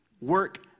Work